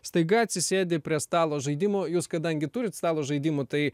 staiga atsisėdi prie stalo žaidimo jūs kadangi turit stalo žaidimų tai